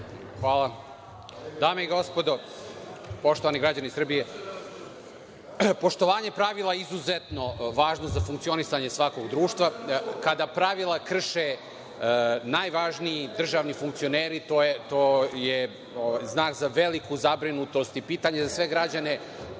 Dame i gospodo, poštovani građani Srbije, poštovanje pravila izuzetno važno za funkcionisanje svakog društva, kada pravila krše najvažniji državni funkcioneri, to je znak za veliku zabrinutost i pitanje za sve građane